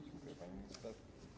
Dziękuję, pani minister.